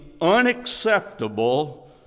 unacceptable